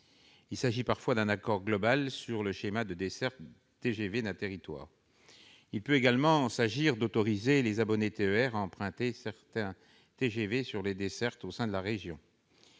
Il s'agit parfois d'un accord global sur le schéma de desserte TGV d'un territoire. Il peut également s'agir d'autoriser les abonnés des TER à emprunter certains TGV pour des dessertes au sein de la région.